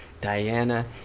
Diana